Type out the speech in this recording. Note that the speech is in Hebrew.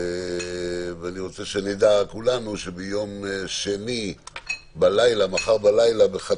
אני רוצה שנדע כולנו, שמחר בלילה, בחצות,